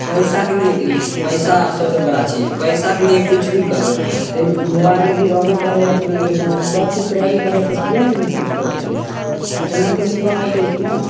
पैसाके लिए देखियौ पैसा सबसँ बड़ा चीज हइ पैसाके लिए कुछ भी करबय लेकिन मोबाइल भी रहबे करय हइ अपना आरके साथ सब किछु रहबे करत तऽ किएक नहि ई काम करि सकय छियै अपना आरके भी ई कऽ सकय छियै ने